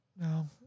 No